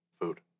food